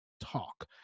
talk